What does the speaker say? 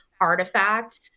artifact